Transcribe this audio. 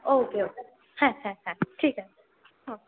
ওকে okay হ্যাঁ হ্যাঁ হ্যাঁ ঠিক আছে হ্যাঁ